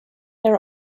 there